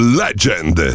legend